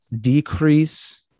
decrease